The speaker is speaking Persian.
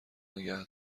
نگه